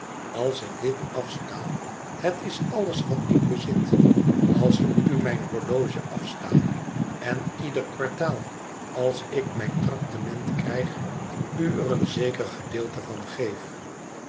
als ik dit afsta het is alles wat ik bezit als ik u mijn horloge ata en ieder kwartaal als ik mijn traktement krijg u er een zeker gedeelte van geef